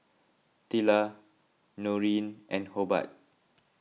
Tilla Noreen and Hobart